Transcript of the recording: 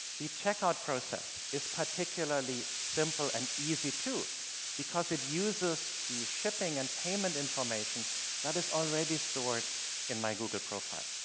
the checkout process is particularly simple and easy too because it uses the shipping and payment information that is already stored in my google profile.